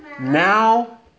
Now